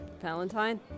Valentine